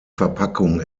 verpackung